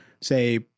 say